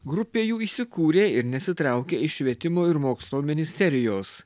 grupė jų įsikūrė ir nesitraukia iš švietimo ir mokslo ministerijos